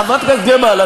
חברת הכנסת גרמן,